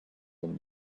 and